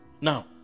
Now